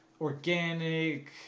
organic